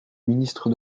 ministre